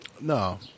No